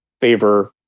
favor